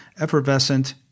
effervescent